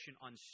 on